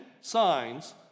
signs